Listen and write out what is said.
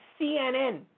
CNN